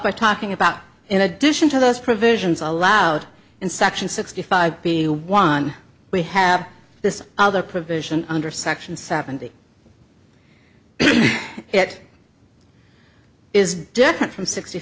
by talking about in addition to those provisions allowed in section sixty five be one we have this other provision under section seventy it is different from sixty